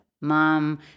Mom